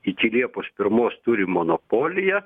iki liepos pirmos turi monopoliją